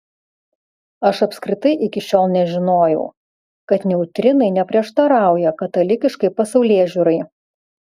aš apskritai iki šiol nežinojau kad neutrinai neprieštarauja katalikiškai pasaulėžiūrai